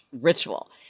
ritual